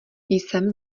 jsem